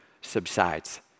subsides